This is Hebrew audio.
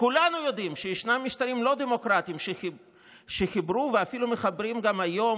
"כולנו יודעים שישנם משטרים לא דמוקרטיים שחיברו ואפילו מחברים גם היום